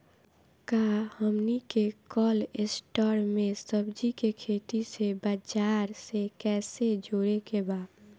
का हमनी के कलस्टर में सब्जी के खेती से बाजार से कैसे जोड़ें के बा?